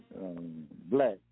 black